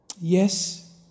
Yes